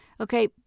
okay